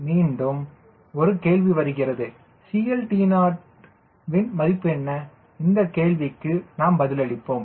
மீண்டும் ஒரு கேள்வி வருகிறது CLTO வின் மதிப்பு என்ன இந்தக் கேள்விக்கு நாம் பதிலளிப்போம்